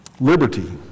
Liberty